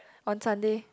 on Sunday